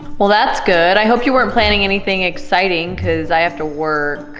well that's good. i hope you weren't planning anything exciting cause i have to work.